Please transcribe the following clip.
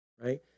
right